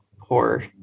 horror